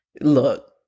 look